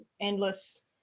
endless